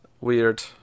Weird